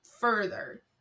further